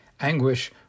Anguish